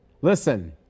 listen